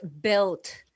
built